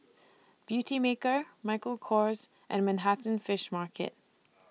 Beautymaker Michael Kors and Manhattan Fish Market